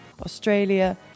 Australia